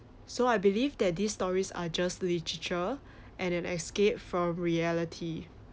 so I believe that these stories are just literature and an escape from reality